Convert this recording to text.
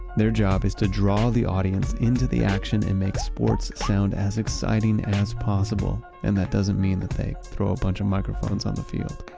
their job is to draw the audience into the action and make sports sound as exciting as possible. and that doesn't mean they throw a bunch of microphones on the field.